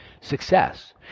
success